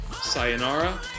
Sayonara